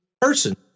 person